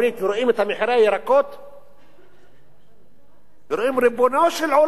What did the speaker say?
רואים את מחירי הירקות ואומרים: ריבונו של עולם,